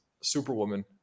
superwoman